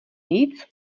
víc